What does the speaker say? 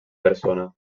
persona